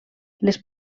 les